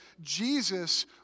Jesus